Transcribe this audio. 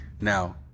Now